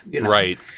Right